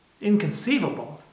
inconceivable